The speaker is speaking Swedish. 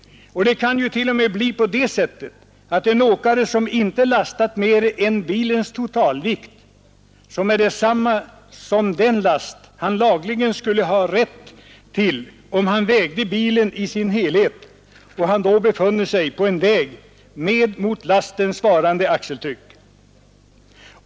Det kan ju t.o.m. bli fallet för en åkare, som inte lastat mer än bilens totalvikt, som är detsamma som den last han lagligen skulle ha rätt till om han vägde bilen i dess helhet och han då befunne sig på en väg med mot lasten svarande axeltryck.